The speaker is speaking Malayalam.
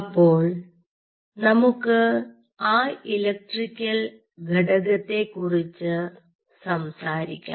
അപ്പോൾ നമുക്ക് ആ ഇലക്ട്രിക്കൽ ഘടകത്തെ കുറിച്ച് സംസാരിക്കാം